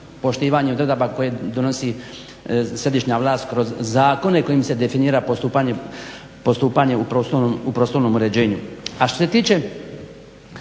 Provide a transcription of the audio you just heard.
poštivanje odredaba koje donosi središnja vlast kroz zakone kojim se definira postupanje u prostornom uređenju. A što se tiče